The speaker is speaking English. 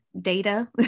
data